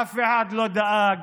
אף אחד לא דאג